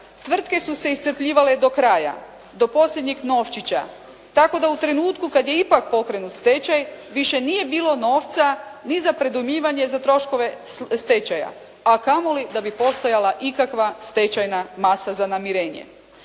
Tvrtke su se iscrpljivale do kraja, do posljednjeg novčića tako da je u trenutku kada je ipak pokrenut stečaj više nije bilo novca ni za predujmivanje za troškove stečaja, a kamo li da bi postojala ikakva stečajna masa za namirenje